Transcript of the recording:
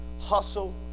hustle